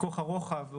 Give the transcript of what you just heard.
פיקוח הרוחב,